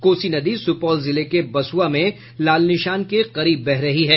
कोसी नदी सुपौल जिले के बसुआ में लाल निशान के करीब बह रही है